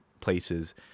places